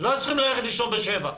ולא צריכים ללכת לישון בשבע.